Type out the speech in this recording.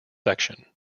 section